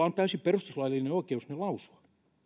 on täysin perustuslaillinen oikeus ne lausua